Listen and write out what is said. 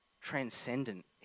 transcendent